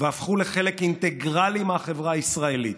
והפכו לחלק אינטגרלי מהחברה הישראלית.